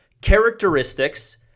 characteristics